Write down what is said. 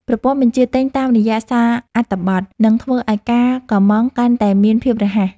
ប្រព័ន្ធបញ្ជាទិញតាមរយៈសារអត្ថបទ នឹងធ្វើឱ្យការកុម្ម៉ង់កាន់តែមានភាពរហ័ស។